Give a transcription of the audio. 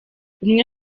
umwe